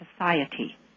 society